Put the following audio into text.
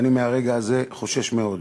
ואני מהרגע הזה חושש מאוד.